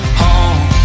home